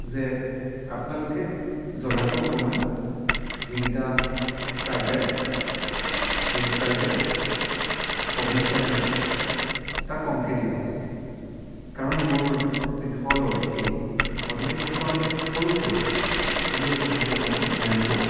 যে আপোনালোকে জ্বলাটো অকণমান যিকেইটা fried rice veg fried rice paneer fried rice তাত কমকৈ দিব কাৰণ মোৰ যিসকল অতিথি অতিথিসকল সৰু সৰু গতিকে কথাটো অকণমান ধ্যান দিব